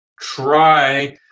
try